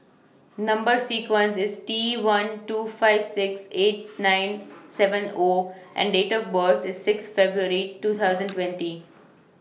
Number sequence IS T one two five six eight nine seven O and Date of birth IS six February two thousand twenty